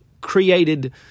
created